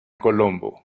colombo